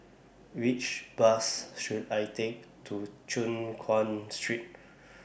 Which Bus should I Take to Choon Guan Street